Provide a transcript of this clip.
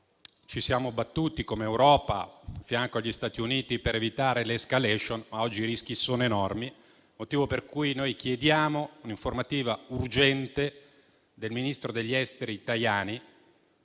Ci siamo battuti come Europa al fianco degli Stati Uniti per evitare l'*escalation*, ma oggi i rischi sono enormi. Per tale motivo chiediamo un'informativa urgente del ministro degli esteri Tajani.